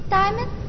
diamond